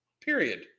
Period